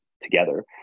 together